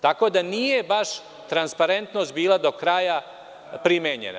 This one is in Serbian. Tako da nije baš transparentnost bila do kraja primenjena.